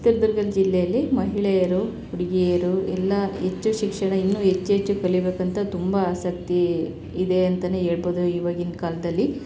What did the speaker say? ಚಿತ್ರದುರ್ಗ ಜಿಲ್ಲೆಯಲ್ಲಿ ಮಹಿಳೆಯರು ಹುಡುಗಿಯರು ಎಲ್ಲ ಹೆಚ್ಚು ಶಿಕ್ಷಣ ಇನ್ನೂ ಹೆಚ್ಚ್ ಹೆಚ್ಚು ಕಲಿಬೇಕು ಅಂತ ತುಂಬ ಆಸಕ್ತಿ ಇದೆ ಅಂತನೇ ಹೇಳ್ಬೋದು ಇವಾಗಿನ ಕಾಲದಲ್ಲಿ